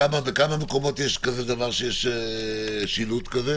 בכמה מקומות יש שילוט כזה?